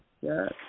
Yes